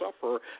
suffer